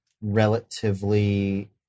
relatively